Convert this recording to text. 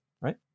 right